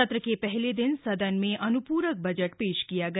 सत्र के पहले दिन सदन में अन्प्रक बजट पेश किया गया